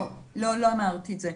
לא, לא אמרתי את זה.